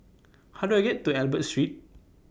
How Do I get to Albert Street